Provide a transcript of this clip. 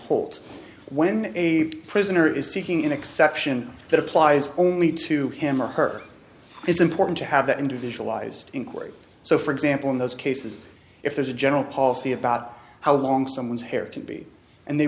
hold when a prisoner is seeking an exception that applies only to him or her it's important to have that individualized inquiry so for example in those cases if there's a general policy about how long someone's hair to be and they